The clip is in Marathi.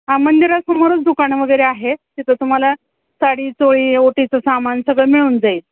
हा मंदिरासमोरच दुकानं वगैरे आहे तिथं तुम्हाला साडी चोळी ओटीचं सामान सगळं मिळून जाईल